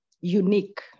unique